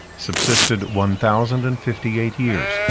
subsisted one thousand and fifty-eight years,